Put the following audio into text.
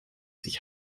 sich